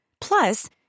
Plus